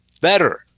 better